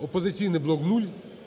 "Опозиційний блок" – 0,